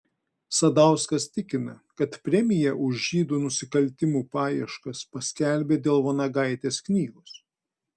sadauskas tikina kad premiją už žydų nusikaltimų paieškas paskelbė dėl vanagaitės knygos